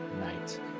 night